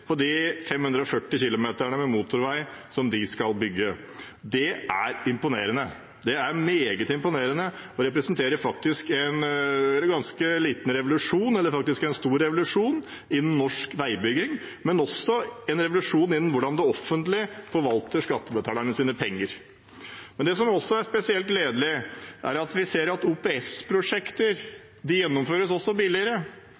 på de 540 kilometerne med motorvei som de skal bygge. Det er imponerende. Det er meget imponerende og representerer faktisk en stor revolusjon innen norsk veibygging, men også en revolusjon innen hvordan det offentlige forvalter skattebetalernes penger. Det som også er spesielt gledelig, er at vi ser at